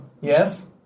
Yes